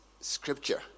scripture